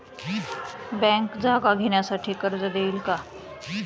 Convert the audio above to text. Bank जागा घेण्यासाठी कर्ज देईल का?